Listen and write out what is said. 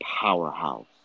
powerhouse